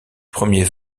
premiers